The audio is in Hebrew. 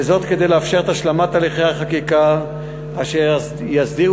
וזאת כדי לאפשר את השלמת הליכי החקיקה אשר יסדירו